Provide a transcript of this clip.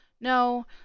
No